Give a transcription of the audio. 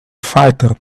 fighter